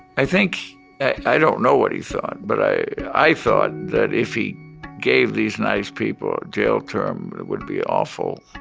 i think i don't know what he thought, but i i thought that if he gave these nice people jail term, there would be awful